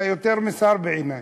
אתה יותר משר בעיני.